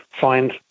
find